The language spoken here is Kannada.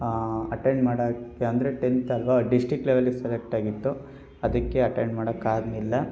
ಅಟೆಂಡ್ ಮಾಡೋಕ್ಕೆ ಅಂದರೆ ಟೆಂತ್ ಅಲ್ವ ಡಿಸ್ಟ್ರಿಕ್ ಲೆವೆಲಿಗೆ ಸೆಲೆಕ್ಟ್ ಆಗಿತ್ತು ಅದಕ್ಕೆ ಅಟೆಂಡ್ ಮಾಡೋಕ್ಕಾಗಲಿಲ್ಲ